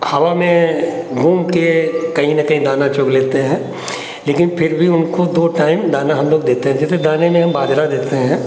हवा में घूमकर कहीं न कहीं दाना चुग लेते हैं लेकिन फिर भी उनको दो टाइम दाना हमलोग देते हैं जैसे दाने में हम बाजरा देते हैं